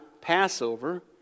Passover